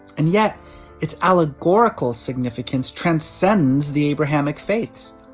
and yet it's allegorical significance transcends the abrahamic faiths.